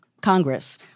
Congress